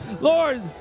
Lord